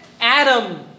Adam